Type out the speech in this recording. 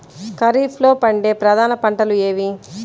ఖరీఫ్లో పండే ప్రధాన పంటలు ఏవి?